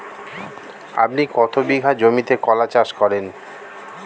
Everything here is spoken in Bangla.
আপনি কত বিঘা জমিতে কলা চাষ করেন?